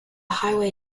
highway